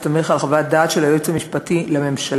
בהסתמך על חוות דעת של היועץ המשפטי לממשלה,